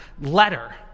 letter